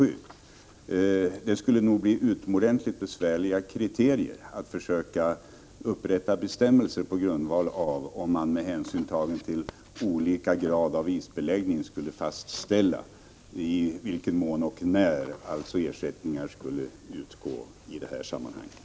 Det skulle nog bli utomordentligt besvärligt att försöka upprätta bestämmelser där man med hänsyn tagen till olika grader av isbeläggning fastställde i vilken mån och när ersättning skulle utgå.